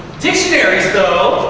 dictionaries, though,